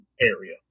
area